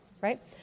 right